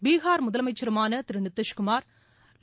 பீகா் முதலமைச்சருமான திரு நிதிஷ்குமா்